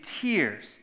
tears